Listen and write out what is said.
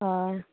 हय